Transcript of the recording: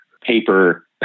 paper